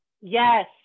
Yes